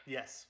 Yes